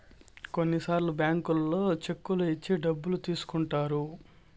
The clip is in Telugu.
కొన్నిసార్లు బ్యాంకుల్లో చెక్కులు ఇచ్చి డబ్బులు తీసుకుంటారు